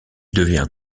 devient